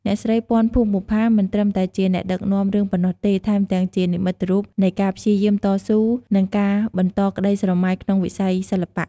អ្នកស្រី ពាន់ ភួងបុប្ផា មិនត្រឹមតែជាអ្នកដឹកនាំរឿងប៉ុណ្ណោះទេ ថែមទាំងជា និមិត្តរូប នៃការព្យាយាម តស៊ូ និងការបន្តក្តីស្រមៃក្នុងវិស័យសិល្បៈ។